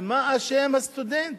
במה אשם הסטודנט?